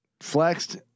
Flexed